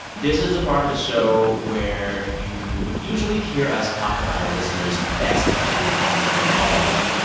this is the part of the show where you would usually hear us talk about our listeners' best things that happened to them all week.